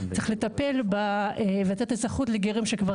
צריך לתת לטפל ולתת אזרחות לגרים שהם כבר